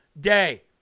day